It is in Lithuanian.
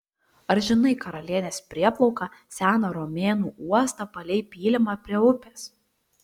ar žinai karalienės prieplauką seną romėnų uostą palei pylimą prie upės